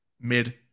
mid